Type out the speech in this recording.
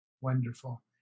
Wonderful